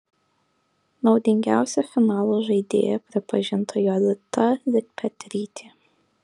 naudingiausia finalo žaidėja pripažinta jolita likpetrytė